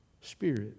spirit